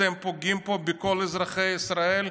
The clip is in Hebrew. אתם פוגעים פה בכל אזרחי ישראל,